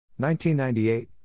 1998